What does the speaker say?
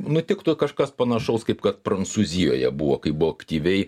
nutiktų kažkas panašaus kaip kad prancūzijoje buvo kai buvo aktyviai